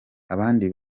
abandi